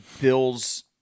Bill's